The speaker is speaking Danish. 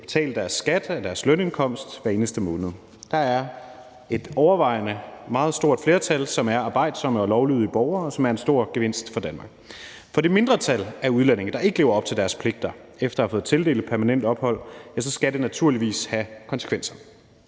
betaler deres skat af deres lønindkomst hver eneste måned. Der er et overvejende meget stort flertal, som er arbejdsomme og lovlydige borgere, hvilket er en stor gevinst for Danmark. For det mindretal af udlændinge, der ikke lever op til deres pligter efter at have fået tildelt permanent ophold, skal det naturligvis have konsekvenser.